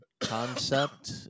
concept